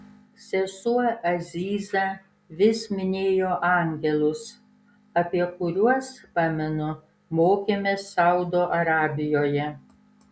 sesuo aziza vis minėjo angelus apie kuriuos pamenu mokėmės saudo arabijoje